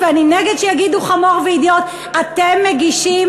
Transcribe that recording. ואני נגד שיגידו "חמור" ו"אידיוט" אתם מגישים